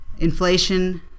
inflation